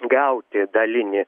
gauti dalinį